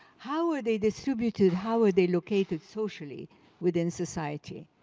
how were they distributed? how were they located socially within society?